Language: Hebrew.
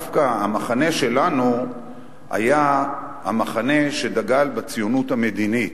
דווקא המחנה שלנו היה המחנה שדגל בציונות המדינית.